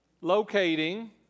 locating